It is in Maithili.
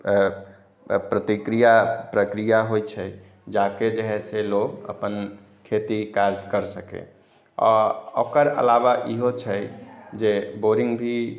प्रतिक्रिया प्रक्रिया होइ छै जाके जे हय से लोग अपन खेती काज कर सकै आ ओकर अलावा इहो छै जे बोरिंग भी